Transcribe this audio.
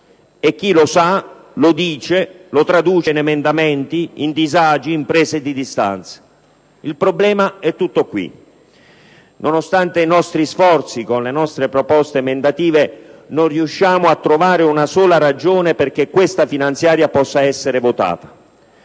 e chi lo sa e lo dice, lo traduce in emendamenti, in disagi, in prese di distanza. Il problema è tutto qui. Nonostante i nostri sforzi e le nostre proposte emendative, non riusciamo a trovare una sola ragione perché questa finanziaria possa essere approvata.